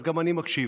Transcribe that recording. אז גם אני מקשיב,